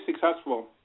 successful